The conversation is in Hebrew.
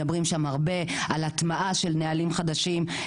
מדברים שם הרבה על הטמעה של נהלים חדשים,